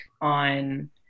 on